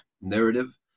narrative